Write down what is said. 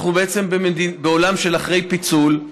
אנחנו בעצם בעולם של אחרי פיצול,